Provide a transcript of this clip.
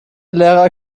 lehrer